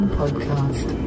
podcast